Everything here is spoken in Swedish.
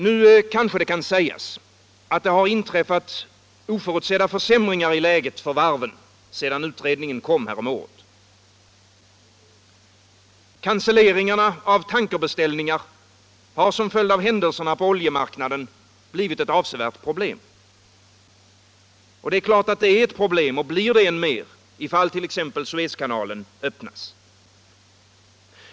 Nu kanske det kan sägas att det har inträffat oförutsedda försämringar i läget för varven sedan utredningen kom häromåret. Annulleringarna av tankerbeställningar har som följd av händelserna på oljemarknaden blivit ett avsevärt problem. Det är klart att det är ett problem och blir det än mer ifall t.ex. Suezkanalen öppnas.